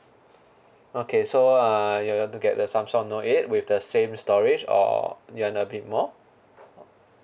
okay so uh you want to get the Samsung note eight with the same storage or you want a bit more